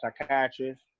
psychiatrist